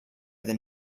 than